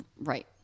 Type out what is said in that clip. Right